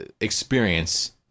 experience